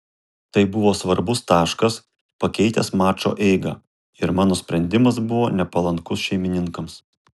tai buvo svarbus taškas pakeitęs mačo eigą ir mano sprendimas buvo nepalankus šeimininkams